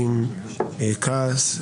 מבטאים כעס,